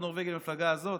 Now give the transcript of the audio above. עוד נורבגי למפלגה הזאת.